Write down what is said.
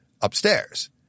upstairs